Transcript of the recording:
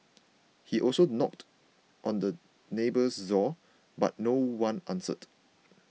he also knocked on the neighbour's door but no one answered